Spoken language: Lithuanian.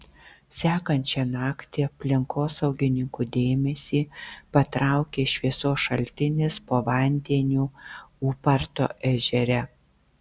sekančią naktį aplinkosaugininkų dėmesį patraukė šviesos šaltinis po vandeniu ūparto ežere